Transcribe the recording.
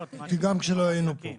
כשלא היינו כאן.